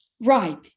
Right